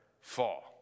fall